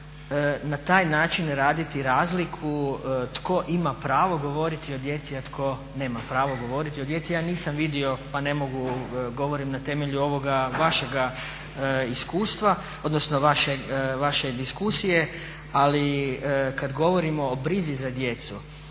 na taj način raditi razliku tko ima pravo govoriti o djeci a tko nema pravo govoriti o djeci. Ja nisam vidio pa ne mogu, govorim na temelju ovoga vašega iskustva, odnosno vaše diskusije. Ali kad govorimo o brizi za djecu,